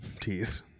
tease